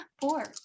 four